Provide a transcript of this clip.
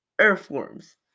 earthworms